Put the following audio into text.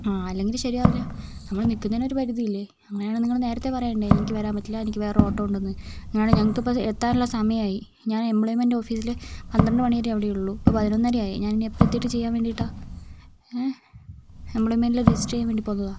ആ അല്ലെങ്കില് ശരിയാവില്ല നമ്മള് നിൽക്കുന്നതിന് ഒരു പരിധി ഇല്ലെ അങ്ങനെയാണേൽ നിങ്ങള് നേരത്തേ പറയണ്ടേ എനിക്ക് വരാൻ പറ്റില്ല എനിക്ക് വേറെ ഓട്ടം ഉണ്ടെന്ന് അങ്ങനെയാണേൽ ഞങ്ക്കിപ്പം എത്താനുള്ള സമയായി ഞാന് എംപ്ലോയിമെന്റെ ഓഫീസില് പന്ത്രണ്ട് മണി വരെയേ അവിടെ ഉള്ളു ഇപ്പോൾ പതിനൊന്നരയായി ഞാൻ ഇനി എപ്പം എത്തിയിട്ട് ചെയ്യാൻ വേണ്ടിയിട്ടാണ് എംപ്ലോയിമെൻറ്റില് രജിസ്റ്റർ ചെയ്യാൻ വേണ്ടിയിട്ട് പോകുന്നതാണ്